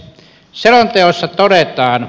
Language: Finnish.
selonteossa todetaan